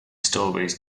stories